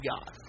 God